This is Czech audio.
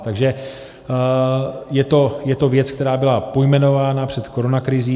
Takže je to věc, která byla pojmenována před koronakrizí.